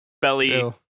belly